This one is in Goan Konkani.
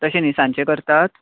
तशें नी सांजचे करतात